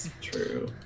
true